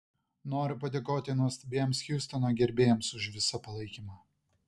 noriu padėkoti nuostabiems hjustono gerbėjams už visą palaikymą